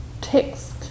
text